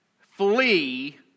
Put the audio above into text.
Flee